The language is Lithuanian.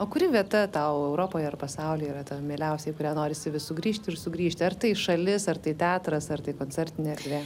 o kuri vieta tau europoje ar pasaulyje yra ta mieliausia į kurią norisi vis sugrįžti ir sugrįžti ar tai šalis ar tai teatras ar tai koncertinė erdvė